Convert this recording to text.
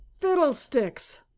fiddlesticks